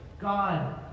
God